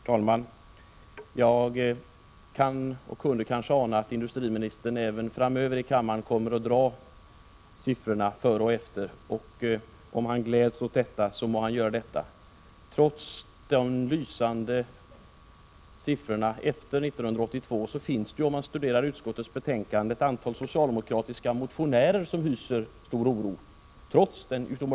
Herr talman! Jag kunde och kan ana att industriministern även framöver i kammaren kommer att dra siffrorna före och efter, och om han gläds åt detta må han göra det. Trots de lysande siffrorna efter 1982 och den utomordentligt glädjande utvecklingen finns det, som framgår av utskottets betänkande, ett antal socialdemokratiska motionärer som hyser stark oro.